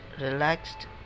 relaxed